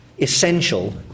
essential